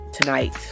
tonight